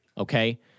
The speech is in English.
Okay